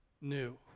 new